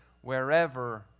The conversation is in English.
wherever